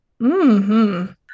-hmm